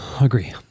Agree